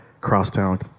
crosstown